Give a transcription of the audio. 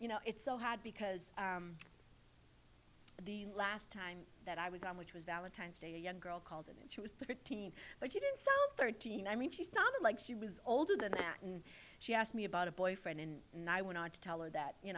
you know it's so hard because the last time that i was on which was valentine's day a young girl called and she was thirteen but she didn't know thirteen i mean she's not like she was older than that and she asked me about a boyfriend and and i went on to tell her that you